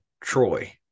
Troy